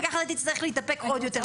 וככה אתה תצטרך להתאפק עוד יותר.